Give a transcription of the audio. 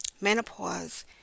menopause